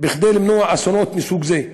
כדי למנוע אסונות מסוג זה,